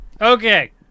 okay